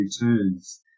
returns